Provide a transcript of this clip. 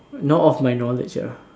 not of my knowledge ah